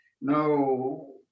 no